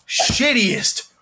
shittiest